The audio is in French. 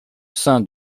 sein